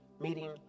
meeting